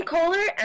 Kohler